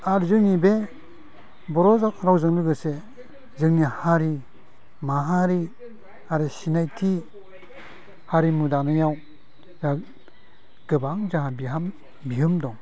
आरो जोंनि बे बर' रावजों लोगोसे जोंनि हारि माहारि आरो सिनायथि हारिमु दानायाव दा गोबां जोंहा बिहोमा दं